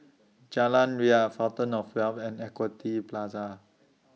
Jalan Ria Fountain of Wealth and Equity Plaza